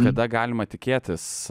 kada galima tikėtis